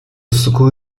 school